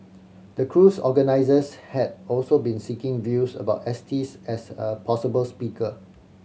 the cruise organisers had also been seeking views about Estes as a possible speaker